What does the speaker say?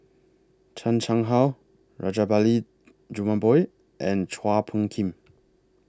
Chan Chang How Rajabali Jumabhoy and Chua Phung Kim